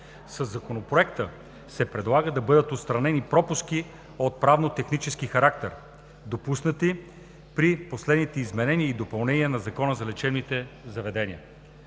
Със Законопроекта се предлага да бъдат отстранени пропуски от правно-технически характер, допуснати при последните изменения и допълнения на Закона за лечебните заведения.